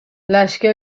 لشکر